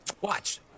Watch